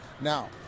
Now